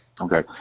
Okay